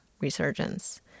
resurgence